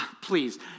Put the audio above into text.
please